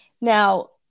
Now